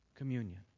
Communion